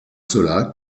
cela